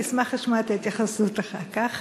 אני אשמח לשמוע את ההתייחסות אחר כך.